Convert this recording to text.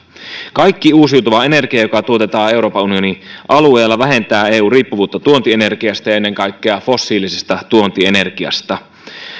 kaikki uusiutuva energia joka tuotetaan euroopan unionin alueella vähentää eun riippuvuutta tuontienergiasta ja ennen kaikkea fossiilisesta tuontienergiasta